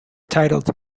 titled